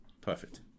perfect